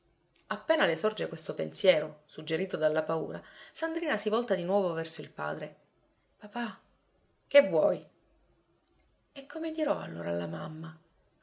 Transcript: le sorge questo pensiero suggerito dalla paura sandrina si volta di nuovo verso il padre papà che vuoi e come dirò allora alla mamma